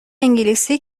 انگلیسی